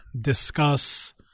discuss